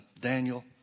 Daniel